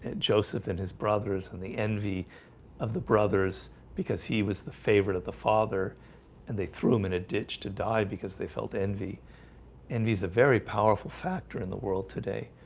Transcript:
joseph and his brothers and the envy of the brothers because he was the favorite of the father and they threw him in a ditch to die because they felt envy and he's a very powerful factor in the world today